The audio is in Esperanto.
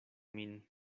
min